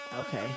Okay